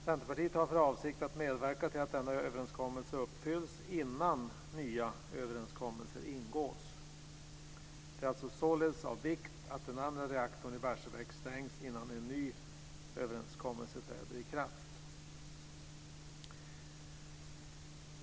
Centerpartiet har för avsikt att medverka till att denna överenskommelse uppfylls innan nya överenskommelser ingås. Det är således av vikt att den andra reaktorn i Barsebäck stängs innan en ny överenskommelse träder i kraft.